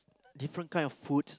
different kind of foods